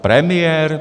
Premiér?